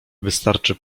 wystarczy